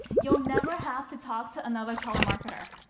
you'll never have to talk to another telemarketer.